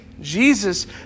Jesus